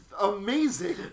amazing